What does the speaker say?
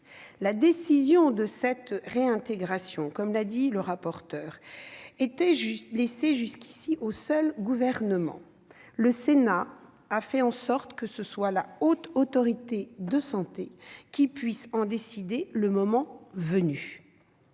La décision de cette réintégration, comme l'a souligné notre rapporteur, relevait jusqu'ici du seul Gouvernement : le Sénat a fait en sorte que ce soit la Haute Autorité de santé qui en décide le moment venu.